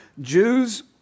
Jews